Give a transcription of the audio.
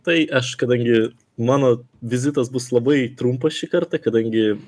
tai aš kadangi mano vizitas bus labai trumpas šį kartą kadangi